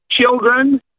children